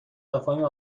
مفاهیم